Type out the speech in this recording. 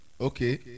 Okay